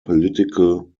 political